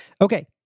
Okay